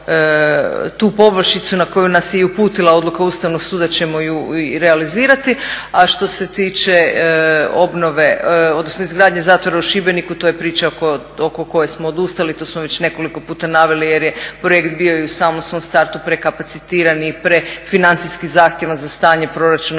tu poboljšicu na koju nas je i uputila odluka Ustavnog suda ćemo ju i realizirati. A što se tiče obnove, odnosno izgradnje zatvora u Šibeniku to je priča oko koje smo odustali, to smo već nekoliko puta naveli jer je projekt bio i u samom svom startu prekapacitirani i prefinancijski zahtjevan za stanje proračuna